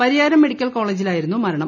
Pariyaram medical കോളേജിലായിരുന്നു മരണം